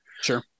sure